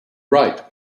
right